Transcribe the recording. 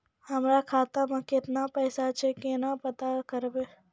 हमरा खाता मे केतना पैसा छै, केना पता करबै?